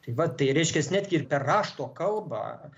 tai va tai reiškias netgi ir per rašto kalbą